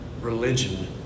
Religion